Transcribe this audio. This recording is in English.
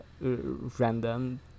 random